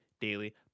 daily